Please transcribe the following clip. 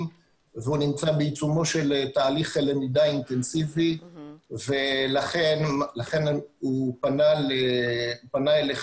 והוא נמצא בעיצומו של תהליך למידה אינטנסיבי ולכן הוא פנה אליכם,